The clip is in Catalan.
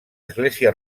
església